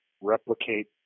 replicate